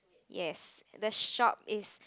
yes the shop is